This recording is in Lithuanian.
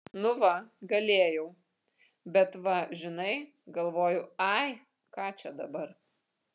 nu va galėjau bet va žinai galvoju ai ką čia dabar